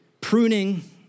Pruning